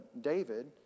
David